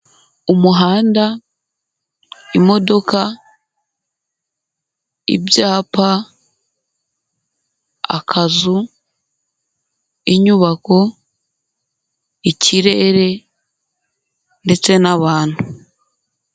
Umuhanda, imodoka, ibyapa, akazu, inyubako ikirere ndetse n'abantu.